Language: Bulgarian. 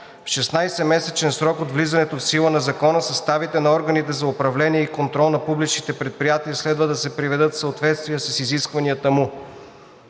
в 16-месечен срок от влизането в сила на Закона съставите на органите за управление и контрол на публичните предприятия следва да се приведат в съответствие с изискванията му.